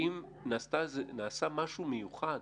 האם נעשה משהו מיוחד